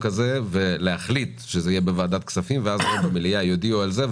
הזאת ולהחליט שהיא תידון בוועדת הכספים ואז היום במליאה יודיעו על זה.